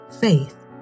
Faith